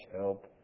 help